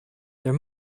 there